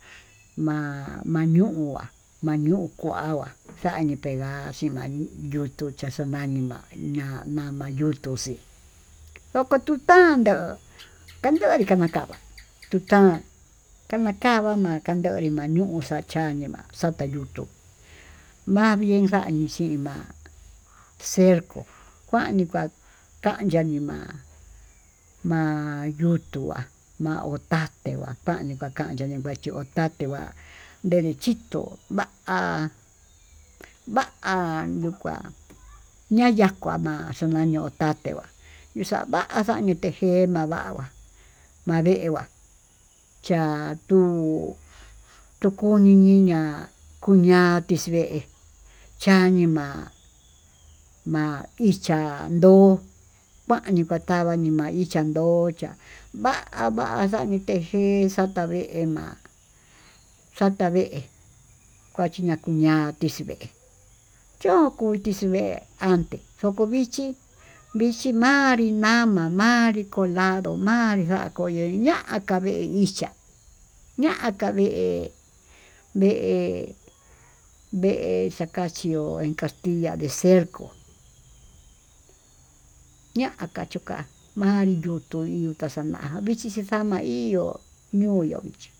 Ma'a mayuñu'á mañuu kuu angua xañii pengua xiña'a, ha yutuu xaxunanima na'a ñama yutuu xí xokotutandó kandonrí kamatava tután kama tavama'a kandonri manuxa'a chí, ñanima xata yutuu ñavii xanii xima'á cerco kuani kuakañii ma'á, má yutuá ma'a otate va'a tanii kuakaní ndene'a otate va'á nderechíto va'á va'á ñuu kuá aya'a kuu xuma'á ña'a ño'otate vaa xuxava'a xañuu tejér mandanguá mandenguá, ya'a tuu tukuni yii ya'a kuñatix vee chanima'a má icha'a ndo'ó kuanii katava maichí chandochá va'á va'á xanii tejér exatadema'a xatavé kuachiña'a kuñatix chivee choko tuxhí vee há ante choko vichí vichí manrí nama'a manrí coladó manrí xa'a koñoño ña'aka vee ichia ña'aka vee, vee vee xakaxhió pastilla de xerko ña'aka chuu ká manri yutuu inka xana'a vichí xhí xama'a ihó ñuu yo'o vichí.